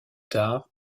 tard